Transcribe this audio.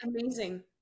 amazing